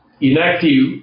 inactive